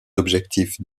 objectifs